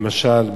למשל,